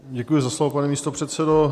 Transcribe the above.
Děkuji za slovo, pane místopředsedo.